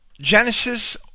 Genesis